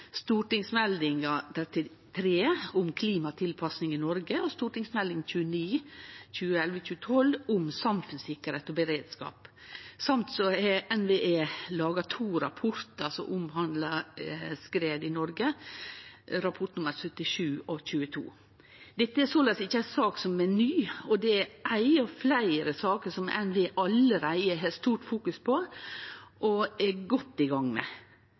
om klimatilpassing i Noreg og Meld. St. 29 for 2011–2012 om samfunnssikkerheit og beredskap. NVE har òg laga to rapportar som omhandlar skred i Noreg, rapport nr. 77 og rapport nr. 22. Dette er soleis ikkje ei sak som er ny, og det er ei av fleire saker som NVE allereie har stort fokus på og er godt i gang med.